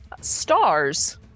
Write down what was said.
Stars